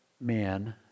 man